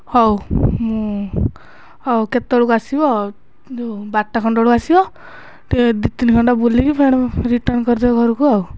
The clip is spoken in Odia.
ହଉ ମୁଁ ହଉ କେତେବେଳକୁ ଆସିବ ଯେଉଁ ବାରଟା ଖଣ୍ଡେ ବେଳକୁ ଆସିବ ଟିକିଏ ଦୁଇ ତିନି ଘଣ୍ଟା ବୁଲିକି ଫେର୍ ରିଟର୍ଣ୍ଣ୍ କରିଦେବା ଘରକୁ ଆଉ